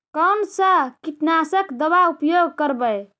कोन सा कीटनाशक दवा उपयोग करबय?